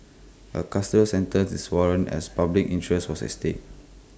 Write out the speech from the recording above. A custodial center is warranted as public interest was at stake